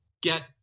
get